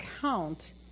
count